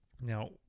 Now